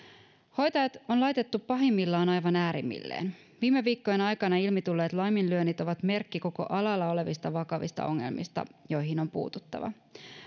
hoitajat on laitettu pahimmillaan aivan äärimmilleen viime viikkojen aikana ilmi tulleet laiminlyönnit ovat merkki koko alalla olevista vakavista ongelmista joihin on puututtava